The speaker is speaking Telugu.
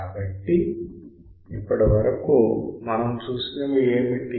కాబట్టి ఇప్పటి వరకు మనం చూసినవి ఏమిటి